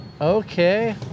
Okay